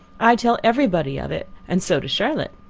i tell every body of it and so does charlotte.